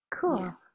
Cool